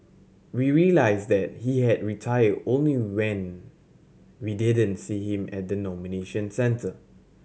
we realised that he had retired only when we didn't see him at the nomination centre